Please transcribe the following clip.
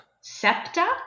septa